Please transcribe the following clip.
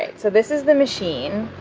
and so this is the machine.